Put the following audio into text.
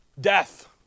Death